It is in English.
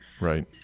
Right